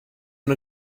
and